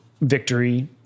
victory